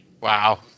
Wow